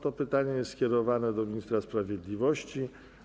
To pytanie jest skierowane do ministra sprawiedliwości.